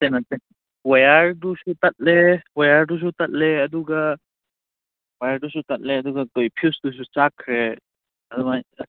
ꯅꯠꯇꯦ ꯅꯠꯇꯦ ꯋꯥꯌꯥꯔꯗꯨꯁꯨ ꯇꯠꯂꯦ ꯋꯥꯌꯥꯔꯗꯨꯁꯨ ꯇꯠꯂꯦ ꯑꯗꯨꯒ ꯋꯥꯌꯥꯔꯗꯨꯁꯨ ꯇꯠꯂꯦ ꯑꯗꯨꯒ ꯐꯤꯌꯨꯁꯇꯨꯁꯨ ꯆꯥꯛꯈ꯭ꯔꯦ ꯑꯗꯨꯃꯥꯏ ꯇꯧꯏ